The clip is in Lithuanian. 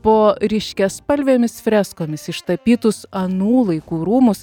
po ryškiaspalvėmis freskomis ištapytus anų laikų rūmus